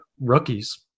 rookies